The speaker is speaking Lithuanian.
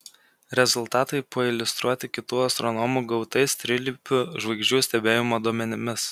rezultatai pailiustruoti kitų astronomų gautais trilypių žvaigždžių stebėjimo duomenimis